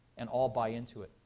and all buy into it.